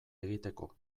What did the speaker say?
egiteko